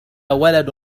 ولد